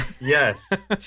Yes